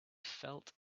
felt